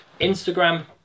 Instagram